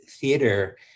theater